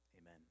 Amen